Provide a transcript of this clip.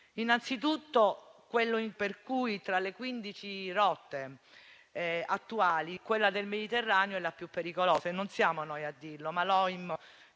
Innanzi tutto, tra le 15 rotte attuali, quella del Mediterraneo è la più pericolosa. E non siamo noi a dirlo, ma